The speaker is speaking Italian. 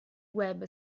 web